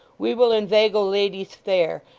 we will inveigle ladies fair,